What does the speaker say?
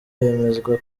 yemezwa